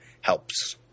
helps